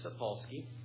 Sapolsky